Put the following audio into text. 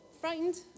Frightened